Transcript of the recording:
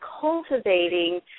cultivating